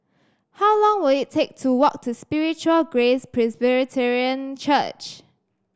how long will it take to walk to Spiritual Grace Presbyterian Church